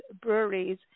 breweries